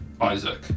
Isaac